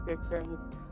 systems